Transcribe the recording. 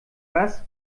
was